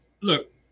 look